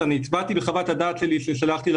באמת הצלחה בעולם ההייטק ואנחנו גדלים,